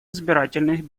избирательных